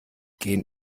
gehen